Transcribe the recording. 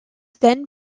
then